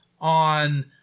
on